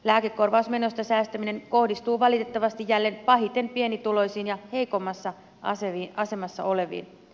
lääkekorvausmenoista säästäminen kohdistuu valitettavasti jälleen pahiten pienituloisiin ja heikommassa asemassa oleviin